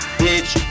bitch